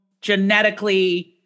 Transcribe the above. genetically-